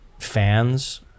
fans